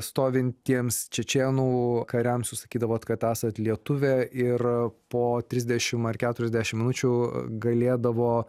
stovintiems čečėnų kariams sakydavot kad esat lietuvė ir po trisdešimt ar keturiasdešimt minučių galėdavo